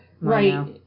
right